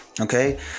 okay